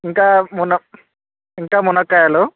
ఇంకా మున ఇంకా మునక్కాయలు